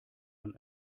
von